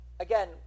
again